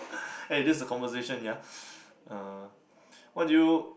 eh this is the conversation yeah uh what do you